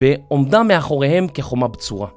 בעומדם מאחוריהם כחומה בצורה.